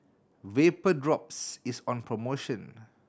Vapodrops is on promotion